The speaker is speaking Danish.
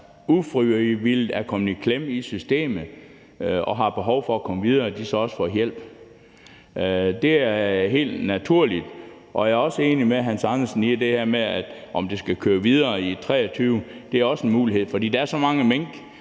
ufrivilligt er kommet i klemme i systemet og har behov for at komme videre, så får de også hjælp. Det er helt naturligt, og jeg er også enig med hr. Hans Andersen i det her med, om det skal køre videre i 2023. Det er også en mulighed, for der er så mange